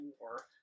War